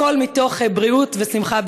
הכול מתוך בריאות ושמחה,